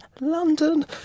London